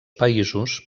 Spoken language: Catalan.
països